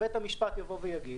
בית המשפט יגיד: